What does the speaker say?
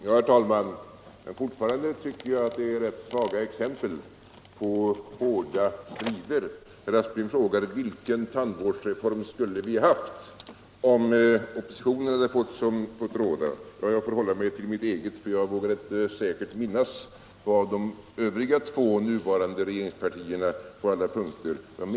Herr talman! Fortfarande tycker jag att det är rätt svaga exempel på hårda strider. Herr Aspling frågade: Vilken tandvårdsreform skulle vi ha haft om oppositionen hade fått råda? Jag får hålla mig till mitt eget parti, för jag kan inte säkert minnas vad de övriga två nuvarande regeringspartierna på alla punkter ansåg.